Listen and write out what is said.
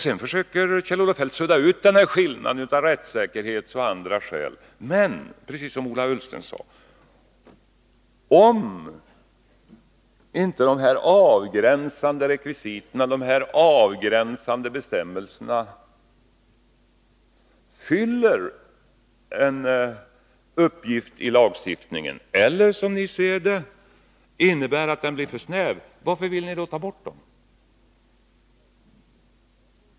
Sedan försökte Kjell-Olof Feldt av rättssäkerhetsskäl och andra skäl att sudda ut skillnaden. Men, precis som Ola Ullsten sade, om inte de avgränsande rekvisiten, de avgränsande bestämmelserna, fyller en uppgift i lagstiftningen eller, som ni ser det, innebär att den blir för snäv, varför vill ni då ta bort den?